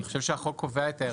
אני חושב שהחוק קובע את ההרכב.